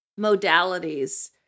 modalities